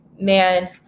man